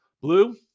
Blue